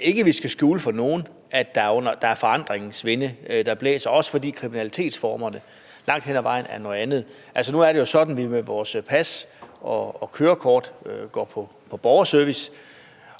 ikke, at vi skal skjule for nogen, at det er forandringens vinde, der blæser, også fordi kriminalitetsformerne langt hen ad vejen er noget andet. Nu er det jo sådan, at vi med vores pas og kørekort går på borgerservice,